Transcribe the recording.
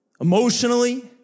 emotionally